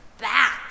back